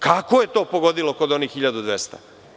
Kako je to pogodilo kod onih 1.200?